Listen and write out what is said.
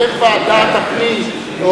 תקיים ועדת הפנים,